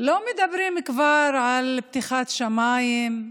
לא מדברים כבר על פתיחת שמיים,